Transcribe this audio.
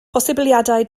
posibiliadau